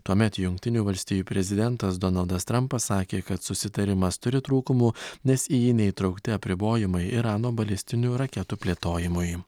tuomet jungtinių valstijų prezidentas donaldas trampas sakė kad susitarimas turi trūkumų nes į jį neįtraukti apribojimai irano balistinių raketų plėtojimui